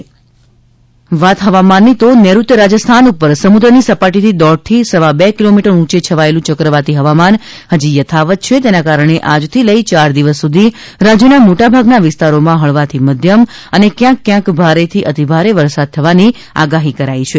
વરસાદ નૈઋત્ય રાજસ્થાન પર સમુદ્રની સપાટીથી દોઢથી સવા બે કિલોમીટર ઊંચે છવાયેલું યક્રવાતી હવામાન હજી યથાવત છે તેના કારણે આજથી લઈ ચાર દિવસ સુધી રાજ્યના મોટાભાગના વિસ્તારોમાં હળવાથી મધ્યમ વ્યાપક અને ક્યાંક ક્યાંક ભારેથી અતિ ભારે વરસાદ થવાની આગાહી કરાઈ છે